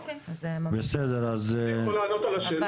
אני יכול לענות על השאלות?